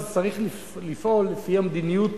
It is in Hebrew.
אז צריך לפעול לפי המדיניות